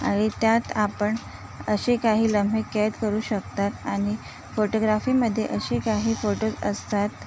आवि त्यात आपण असे काही लम्हे कैद करू शकतात आणि फोटोग्राफीमध्ये असे काही फोटोज असतात